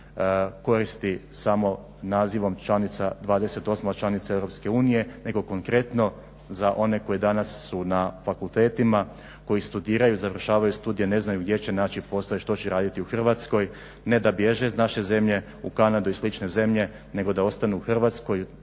koristi samo nazivom 28.članica EU nego konkretno za one koji su danas na fakultetima, koji studiraju i završavaju studije i ne znaju gdje će naći posla i što će raditi u Hrvatskoj, ne da bježe iz naše zemlje u Kanadu i slične zemlje nego da ostanu u Hrvatskoj